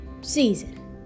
season